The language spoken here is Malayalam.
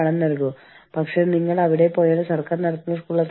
പരാതി അല്ലെങ്കിൽ തർക്ക പരിഹാര നടപടിക്രമങ്ങൾ